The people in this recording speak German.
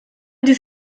dies